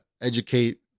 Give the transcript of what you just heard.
educate